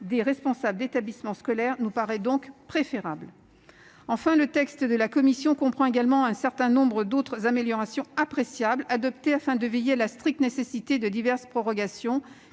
des responsables des établissements d'enseignement scolaire, plus global, nous paraît donc préférable. Enfin, le texte de la commission comprend un certain nombre d'autres améliorations appréciables, adoptées afin de veiller à la stricte nécessité de diverses prorogations,